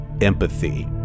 empathy